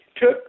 took